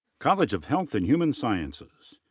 college of health and human sciences.